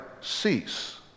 cease